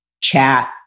chat